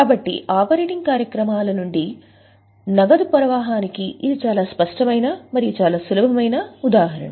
కాబట్టి ఆపరేటింగ్ కార్యకలాపాల నుండి నగదు ప్రవాహానికి ఇది చాలా స్పష్టమైన మరియు చాలా సులభమైన ఉదాహరణ